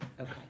Okay